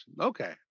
Okay